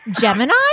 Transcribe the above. Gemini